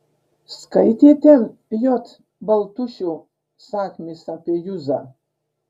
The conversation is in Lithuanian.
skaitėte j baltušio sakmės apie juzą